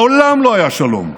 לעולם לא היה שלום.